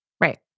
right